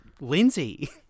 Lindsay